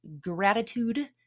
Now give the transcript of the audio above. gratitude